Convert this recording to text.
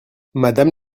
madame